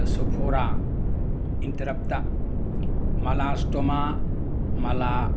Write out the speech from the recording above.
ꯁꯣꯐꯣꯔꯥ ꯏꯟꯇꯔꯞꯇꯥ ꯃꯂꯥꯁꯇꯣꯃꯥ ꯃꯂꯥ